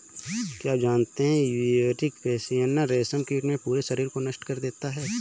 क्या आप जानते है ब्यूवेरिया बेसियाना, रेशम कीट के पूरे शरीर को नष्ट कर देता है